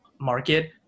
market